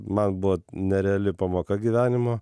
man buvo nereali pamoka gyvenimo